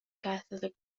catholic